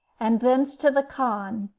and thence to the khan,